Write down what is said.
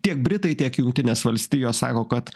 tiek britai tiek jungtinės valstijos sako kad